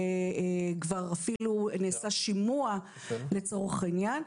וכבר אפילו נעשה שימוע לצורך העניין.